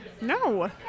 No